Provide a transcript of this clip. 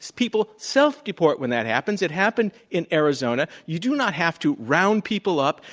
people self-deport when that happens. it happened in arizona. you do not have to round people up.